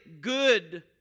good